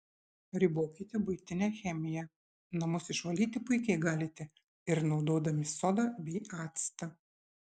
ribokite buitinę chemiją namus išvalyti puikiai galite ir naudodami sodą bei actą